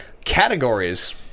Categories